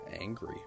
angry